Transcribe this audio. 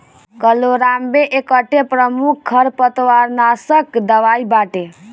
chloramben एकठे प्रमुख खरपतवारनाशक दवाई बाटे